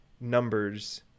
numbers